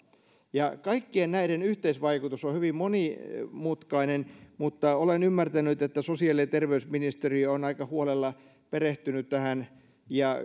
kaikkien näiden yhteisvaikutus on hyvin monimutkainen mutta olen ymmärtänyt että sosiaali ja terveysministeriö on aika huolella perehtynyt tähän ja